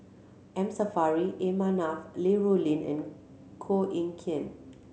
M Saffri A Manaf Li Rulin and Koh Eng Kian